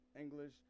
English